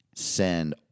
send